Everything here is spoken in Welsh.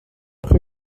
cewch